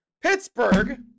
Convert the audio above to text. Pittsburgh